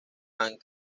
han